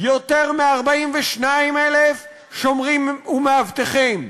יותר מ-42,000 שומרים ומאבטחים.